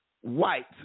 White